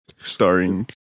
Starring